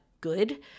good